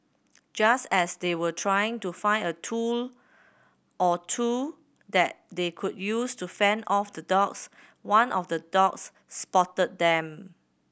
just as they were trying to find a tool or two that they could use to fend off the dogs one of the dogs spotted them